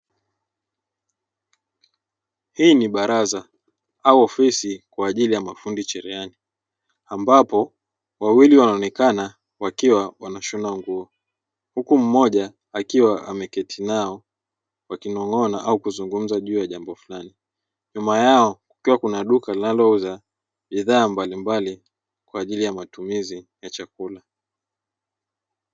Hii ni baraza au ofisi kwa ajili ya mafundi cherehani, ambapo wawili wanaonekana wakiwa wanashona nguo, huku mmoja akiwa ameketi nao wakinong'ona au kuzungumza juu ya jambo fulani. Nyuma yao kukiwa kuna duka linalouza bidhaa mbalimbali kwa ajili ya matumizi ya chakula.